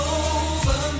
over